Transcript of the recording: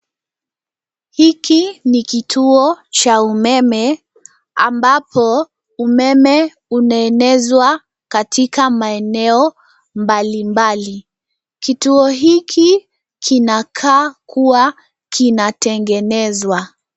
Hiki ni kituo cha umeme ambapo umeme umeenezwa katika maeneo mbalimbali. Kituo hiki kinakaa kuwa kinatengenezwa.